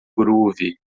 groove